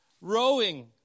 rowing